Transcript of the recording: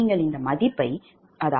நீங்கள் இந்த மதிப்பை Pg2373